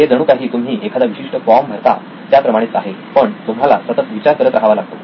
हे जणू काही तुम्ही एखादा विशिष्ट फॉर्म भरता त्याप्रमाणेच आहे पण तुम्हाला सतत विचार करत राहावा लागतो